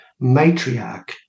matriarch